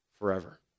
forever